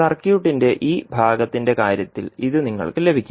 സർക്യൂട്ടിന്റെ ഈ ഭാഗത്തിന്റെ കാര്യത്തിൽ ഇത് നിങ്ങൾക്ക് ലഭിക്കും